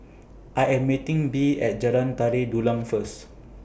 I Am meeting Bea At Jalan Tari Dulang First